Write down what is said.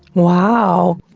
wow.